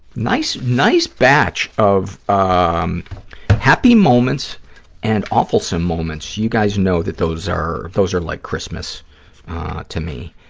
nice nice batch of um happy moments and awfulsome moments. you guys know that those are those are like christmas to me.